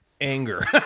anger